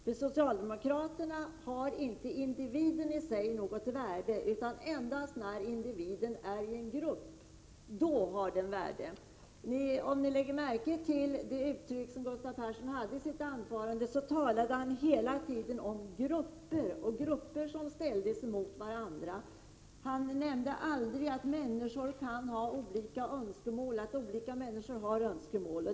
För socialdemokraterna har inte individen i sig något värde, utan det har den endast när den ingår i en grupp. Ni kanske lade märke till att Gustav Persson i sitt anförande hela tiden talade om grupper, som ställdes mot varandra. Han nämnde aldrig att olika människor kan ha olika önskemål.